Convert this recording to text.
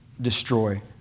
destroy